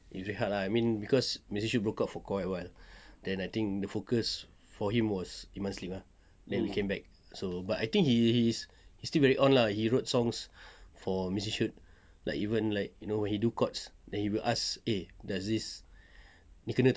it'll be hard lah I mean cause missy shoot broke up for quite a while then I think the focus for him was iman's league ah then he came back so but I think he he still very on lah he wrote songs for missy shoot like even like you know when he do chords then he will ask eh does this ni kena tak